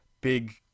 big